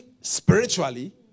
spiritually